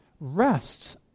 rests